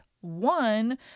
One